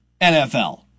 NFL